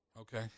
Okay